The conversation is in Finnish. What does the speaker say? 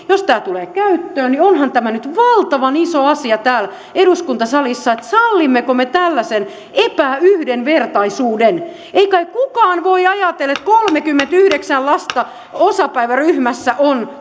jos tämä tulee käyttöön niin onhan tämä nyt valtavan iso asia täällä eduskuntasalissa että sallimmeko me tällaisen epäyhdenvertaisuuden ei kai kukaan voi ajatella että kolmekymmentäyhdeksän lasta osapäiväryhmässä on